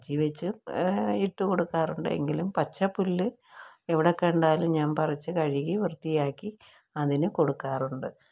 കച്ചി വെച്ച് ഇട്ട് കൊടുക്കാറുണ്ട് എങ്കിലും പച്ച പുല്ല് എവിടെ കണ്ടാലും ഞാൻ പറിച്ച് കഴുകി വൃത്തിയാക്കി അതിന് കൊടുക്കാറുണ്ട്